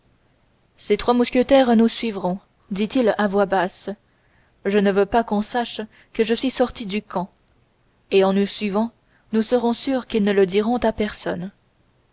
ces trois mousquetaires nous suivront dit-il à voix basse je ne veux pas qu'on sache que je suis sorti du camp et en nous suivant nous serons sûrs qu'ils ne le diront à personne